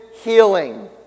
healing